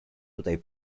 tutaj